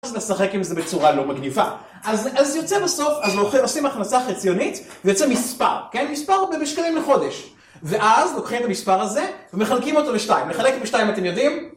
...לשחק עם זה בצורה לא מגניבה אז יוצא בסוף, אז עושים הכנסה חציונית ויוצא מספר, כן? מספר במשקלים לחודש. ואז, לוקחים את המספר הזה ומחלקים אותו לשתיים, לחלק בשתיים אתם יודעים?